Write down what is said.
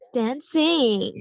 dancing